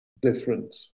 different